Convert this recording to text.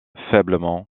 faiblement